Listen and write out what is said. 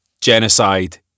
genocide